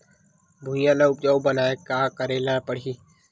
भुइयां ल उपजाऊ बनाये का करे ल पड़ही?